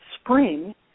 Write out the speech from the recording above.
spring